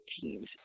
teams